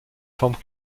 forme